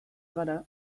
gara